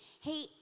Hey